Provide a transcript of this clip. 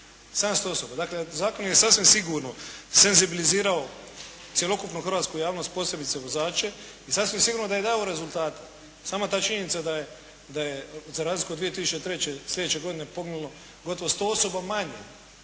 700 osoba. Dakle zakon je sasvim sigurno senzibilizirao cjelokupnu hrvatsku javnost, posebice vozače i sasvim sigurno da je dao rezultate. Sama ta činjenica da je za razliku o 2003. sljedeće godine poginulo gotovo 100 osoba manje,